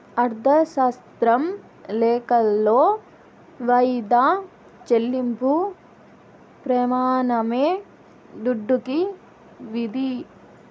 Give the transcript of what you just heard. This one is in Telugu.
అర్ధశాస్త్రం లెక్కలో వాయిదా చెల్లింపు ప్రెమానమే దుడ్డుకి విధి